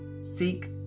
seek